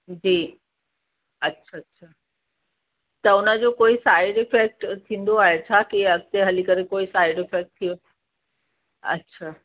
जी अच्छा त उन जो कोई साइड इफेक्ट थींदो आहे छाकी अॻिते हली करे कोई साइड इफेक्ट थिए अच्छा